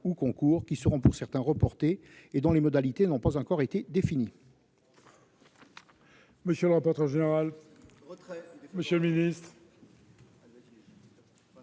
ou concours, dont certains seront reportés et dont les modalités n'ont pas encore été définies.